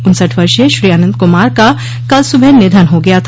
उनसठ वर्षीय श्री अंनत कुमार का कल सुबह निधन हो गया था